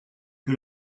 que